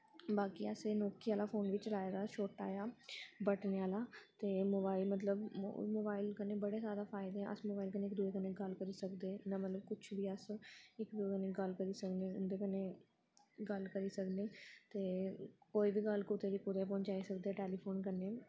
बाकी असें एह् नोकिया आह्ला फोन बी चलाए दा छोटा जेहा बटनें आह्ला ते मोबाइल मतलब होर मोबाइल कन्नै बड़े जादा फायदे ऐं अस मोबाइल कन्नै इक दूए कन्नै गल्ल करी सकदे इ'यां मतलब कुछ बी अस इक दूए कन्नै गल्ल करी सकने उं'दे कन्नै गल्ल करी सकने ते कोई बी गल्ल कुतै दी कुतै पहुंचाई सकदे टैलीफोन कन्नै